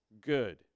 good